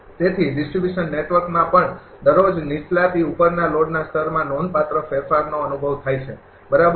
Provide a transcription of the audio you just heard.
તેથી ડિસ્ટ્રિબ્યુશન નેટવર્કમાં પણ દરરોજ નીચલાથી ઉપરના લોડના સ્તરમાં નોંધપાત્ર ફેરફારનો અનુભવ થાય છે બરાબર